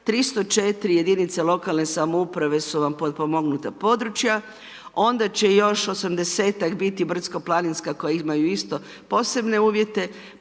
304 jedinica lokalne samouprave su vam na potpomognuta područja, onda će još 80-ak biti brdsko-planinska koja imaju isto posebne uvjete,